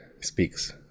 speaks